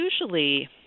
usually